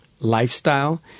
lifestyle